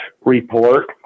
report